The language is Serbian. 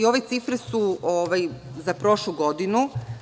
Ove cifre su za prošlu godinu.